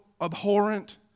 abhorrent